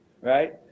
right